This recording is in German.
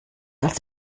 als